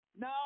No